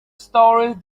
story